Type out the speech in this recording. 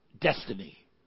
destiny